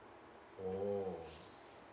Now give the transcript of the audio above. oh